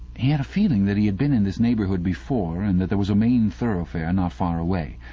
he had a feeling that he had been in this neighbourhood before, and that there was a main thoroughfare not far away.